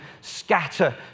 scatter